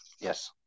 Yes